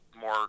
more